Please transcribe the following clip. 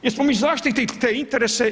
Jesmo li mi zaštitili te interese?